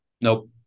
Nope